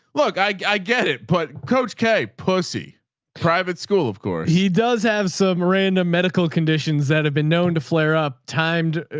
look, i get it. but coach k pussy private school, of course he does have some random medical conditions that have been known to flare up timed,